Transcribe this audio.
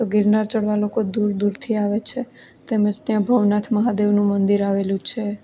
તો ગિરનાર ચઢવા લોકો દૂર દૂરથી આવે છે તેમજ ત્યાં ભવનાથ મહાદેવનું મંદિર આવેલું છે